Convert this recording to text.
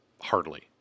Hardly